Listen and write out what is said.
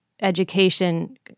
education